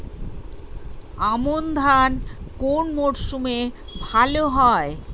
আমন ধান কোন মরশুমে ভাল হয়?